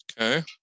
Okay